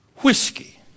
Whiskey